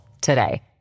today